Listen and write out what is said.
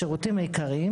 השירותים העיקריים